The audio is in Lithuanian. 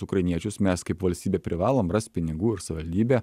ukrainiečius mes kaip valstybė privalom rast pinigų ir savivaldybė